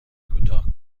کوتاه